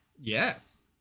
Yes